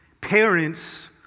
Parents